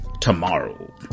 Tomorrow